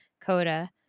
CODA